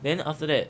then after that